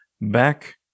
back